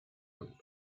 londres